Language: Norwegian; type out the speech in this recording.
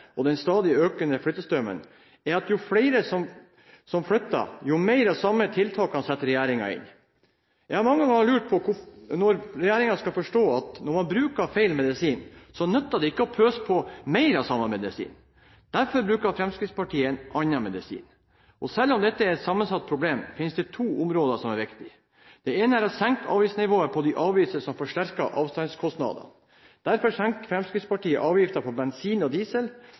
og den stadig økende flyttestrømmen er at jo flere som flytter, jo mer av de samme tiltakene setter regjeringen inn. Jeg har mange ganger lurt på når regjeringen skal forstå at når man bruker feil medisin, nytter det ikke å pøse på med mer av den samme medisinen. Derfor bruker Fremskrittspartiet en annen medisin. Selv om dette er et sammensatt problem, finnes det to områder som er viktige. Det ene er å senke avgiftsnivået på de avgifter som forsterker avstandskostnadene. Derfor senker Fremskrittspartiet avgiftene på bensin og diesel,